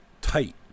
tight